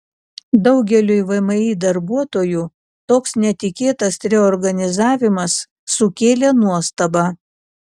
daugeliui vmi darbuotojų toks netikėtas reorganizavimas sukėlė nuostabą